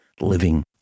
living